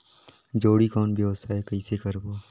जोणी कौन व्यवसाय कइसे करबो?